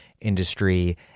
industry